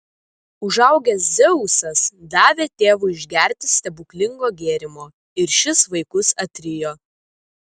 užaugęs dzeusas davė tėvui išgerti stebuklingo gėrimo ir šis vaikus atrijo